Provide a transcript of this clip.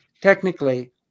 technically